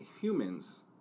humans